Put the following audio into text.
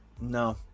No